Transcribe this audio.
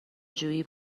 جویی